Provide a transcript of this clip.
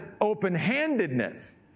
open-handedness